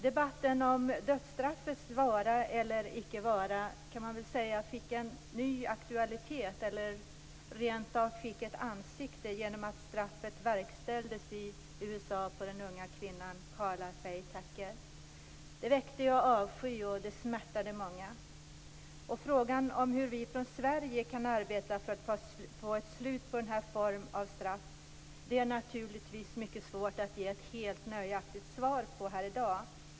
Debatten om dödsstraffets vara eller icke vara fick en ny aktualitet eller rent av ett ansikte genom att straffet verkställdes i USA mot den unga kvinnan Karla Faye Tucker. Det väckte avsky och smärtade många. Frågan hur vi från Sverige kan arbeta för att få ett slut på den här formen av straff är det naturligtvis mycket svårt att ge ett helt nöjaktigt svar på här i dag.